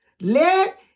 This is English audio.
Let